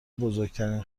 بزرگترین